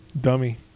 Dummy